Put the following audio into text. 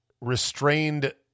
restrained